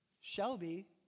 Shelby